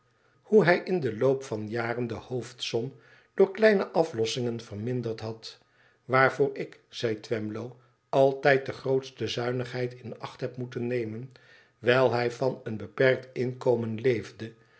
hoe hij in den loop van jaren de hoofdsom door kleine aflossingen verminderd had i waarvoor ik zei twemlow i altijd de grootste zuinigheid m acht heb moeten nemen wijl hij van een beperkt inkomen leefde